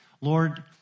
Lord